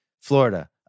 Florida